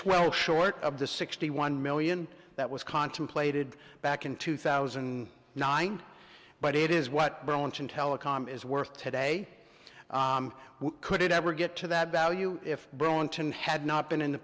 well short of the sixty one million that was contemplated back in two thousand and nine but it is what burlington telecom is worth today who could ever get to that value if burlington had not been in the